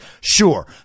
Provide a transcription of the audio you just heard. Sure